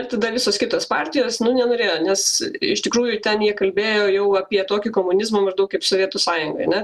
ir tada visos kitos partijos nu nenorėjo nes iš tikrųjų ten jie kalbėjo jau apie tokį komunizmą maždaug kaip sovietų sąjungoj ne